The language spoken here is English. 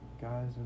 guys